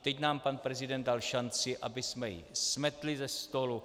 Teď nám pan prezident dal šanci, abychom ji smetli ze stolu.